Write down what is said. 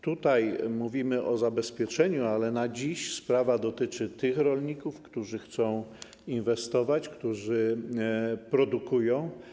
Tutaj mówimy o zabezpieczeniu, ale na dziś sprawa dotyczy tych rolników, którzy chcą inwestować, którzy produkują.